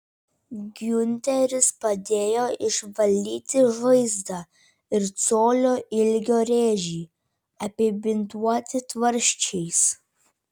giunteris padėjo išvalyti žaizdą ir colio ilgio rėžį apibintuoti tvarsčiais